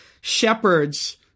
shepherds